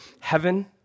heaven